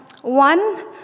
one